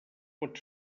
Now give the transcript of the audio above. pot